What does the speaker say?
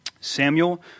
Samuel